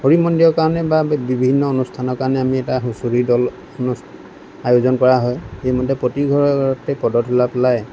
হৰি মন্দিৰৰ কাৰণে বা বিভিন্ন অনুষ্ঠানৰ কাৰণে আমি এটা হুঁচৰি দল আয়োজন কৰা হয় সেইমতে প্ৰতি ঘৰতে পদধূলা পেলাই